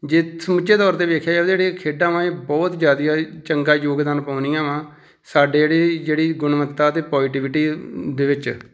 ਜੇ ਸਮੁੱਚੇ ਤੌਰ 'ਤੇ ਵੇਖਿਆ ਜਾਵੇ ਜਿਹੜੀਆਂ ਖੇਡਾਂ ਵਾ ਇਹ ਬਹੁਤ ਜ਼ਿਆਦਾ ਆਏ ਚੰਗਾ ਯੋਗਦਾਨ ਪਾਉਂਦੀਆਂ ਵਾਂ ਸਾਡੇ ਜਿਹੜੇ ਜਿਹੜੀ ਗੁਣਵੱਤਾ ਅਤੇ ਪੋਜ਼ੀਟਿਵਿਟੀ ਦੇ ਵਿੱਚ